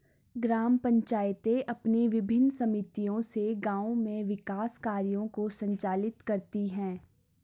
ग्राम पंचायतें अपनी विभिन्न समितियों से गाँव में विकास कार्यों को संचालित करती हैं